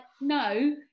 no